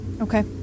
Okay